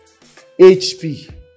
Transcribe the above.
hp